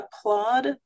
applaud